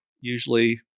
usually